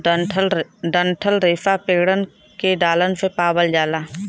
डंठल रेसा पेड़न के डालन से पावल जाला